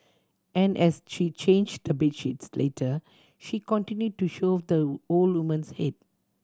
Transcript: and as she changed the bed sheets later she continued to shove the old woman's head